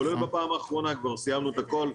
כולל בפעם האחרונה: כבר סיימנו את הכל,